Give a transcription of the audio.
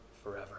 forever